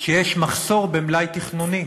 שיש מחסור במלאי תכנוני.